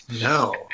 No